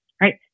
right